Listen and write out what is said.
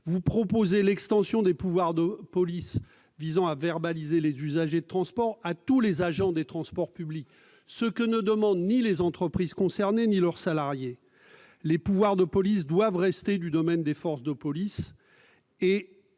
vous proposez l'extension des pouvoirs de police visant à verbaliser les usagers des transports à tous les agents des transports publics, ce que ne demandent ni les entreprises concernées ni leurs salariés. Les pouvoirs de police doivent rester du domaine des forces de police,